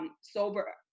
Sober